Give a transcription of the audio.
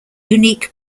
unique